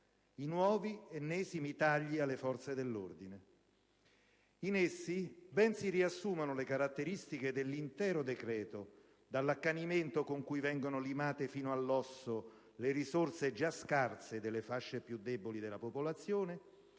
i nuovi, ennesimi, tagli alle forze dell'ordine. In essi ben si riassumono le caratteristiche dell'intero decreto, dall'accanimento con cui vengono limate fino all'osso le risorse già scarse delle fasce più deboli della popolazione,